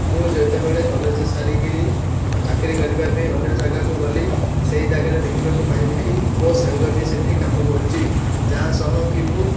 ମୁଁ ଯେତେବେଳେ କଲେଜ ସାରିକରି ଚାକିରି କରିବା ପାଇଁ ଅନ୍ୟ ଜାଗାକୁ ଗଲି ସେଇ ଜାଗାରେ ଦେଖିବାକୁ ପାଇଲି କି ମୋ ସାଙ୍ଗ ବି ସେଠି କାମ କରୁଛି ଯାହା ସହ କି ମୁଁ